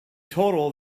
total